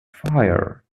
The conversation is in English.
fire